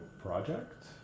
project